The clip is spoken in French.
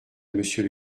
monsieur